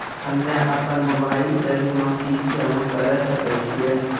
हम्मे अपन मोबाइल से बीमा किस्त जमा करें सकय छियै?